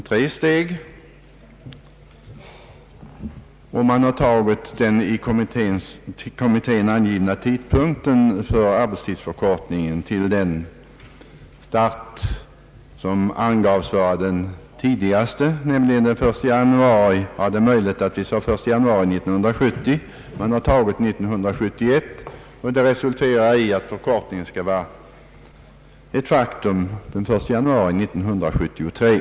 I propositionen har tidpunkten för arbetstidsförkortningens start angivits till den 1 januari 1971. Det är möjligt att kommittén där angav den 1 januari 1970 som tidigaste tidpunkt, men i propositionen har man alltså stannat för den 1 januari 1971. Detta resulterar i att förkoriningen kommer att vara ett faktum den 1 januari 1973.